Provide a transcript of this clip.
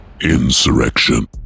insurrection